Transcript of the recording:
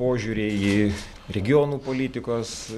požiūriai į regionų politikos